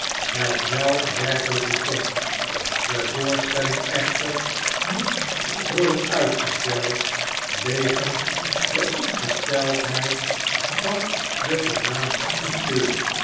hetwelk werkelyk bestond de voorstelling echter moest worden uitgesteld wegens de ongesteldheid van den voornaamsten acteur